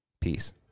Peace